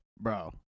Bro